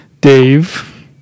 Dave